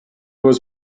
was